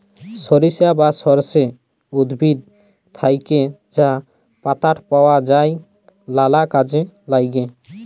সরিষা বা সর্ষে উদ্ভিদ থ্যাকে যা পাতাট পাওয়া যায় লালা কাজে ল্যাগে